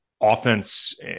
Offense